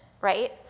right